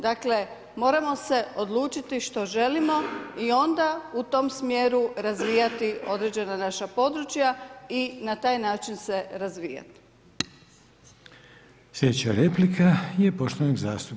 Dakle, moramo se odlučiti što želimo i onda u tom smjeru razvijati određena naša područja i na taj način se razvijati.